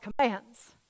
commands